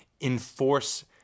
enforce